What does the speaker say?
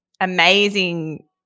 amazing